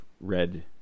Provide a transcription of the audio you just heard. red